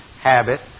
habit